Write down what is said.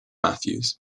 matthews